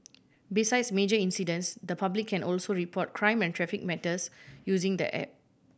besides major incidents the public can also report crime and traffic matters using the app